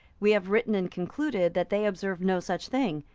we have written and concluded that they observe no such thing,